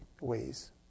ways